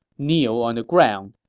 kneel on the ground,